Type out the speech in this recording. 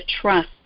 trust